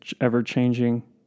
ever-changing